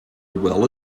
well